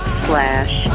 slash